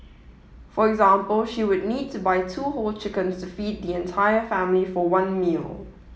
for example she would need to buy two whole chickens to feed the entire family for one meal